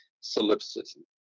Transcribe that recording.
solipsism